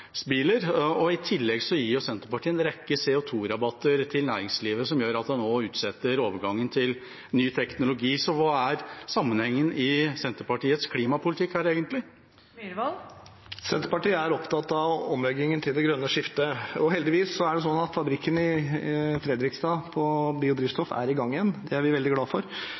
til nullutslippsbiler. I tillegg gir Senterpartiet en rekke CO 2 -rabatter til næringslivet som gjør at man utsetter overgangen til ny teknologi. Hva er sammenhengen i Senterpartiets klimapolitikk egentlig? Senterpartiet er opptatt av omleggingen til det grønne skiftet. Heldigvis er det slik at fabrikken for biodrivstoff i Fredrikstad er i gang igjen. Det er vi veldig glad for.